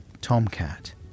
Tomcat